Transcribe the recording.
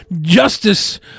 Justice-